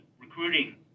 recruiting